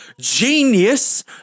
genius